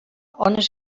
ones